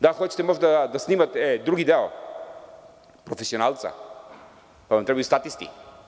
Da li hoćete možda da snimate drugi deo „Profesionalca“, pa vam trebaju statisti?